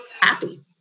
happy